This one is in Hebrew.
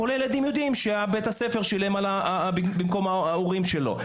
כל הילדים יודעים שבית-הספר שילם במקום ההורים שלו.